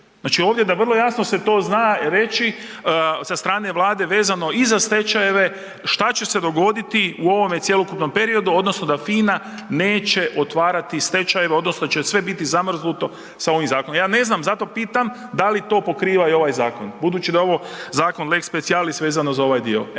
Znači ovdje da vrlo jasno se to zna reći, sa strane Vlade vezeno i za stečajeve, što će se dogoditi u ovome cjelokupnom periodu, odnosno da FINA neće otvarati stečajeve, odnosno hoće sve biti zamrznuto sa ovim zakonom. Ja ne znam, zato pitam, da li to pokriva i ovaj zakon, budući da je ovo zakon lex specialis vezano za ovaj dio.